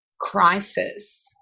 crisis